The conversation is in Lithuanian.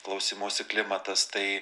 klausymosi klimatas tai